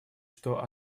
что